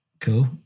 cool